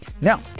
Now